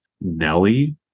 nelly